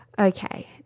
Okay